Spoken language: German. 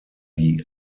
die